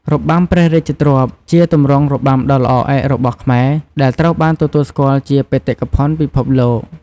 របាំព្រះរាជទ្រព្យ ជាទម្រង់របាំដ៏ល្អឯករបស់ខ្មែរ ដែលត្រូវបានទទួលស្គាល់ជាបេតិកភណ្ឌពិភពលោក។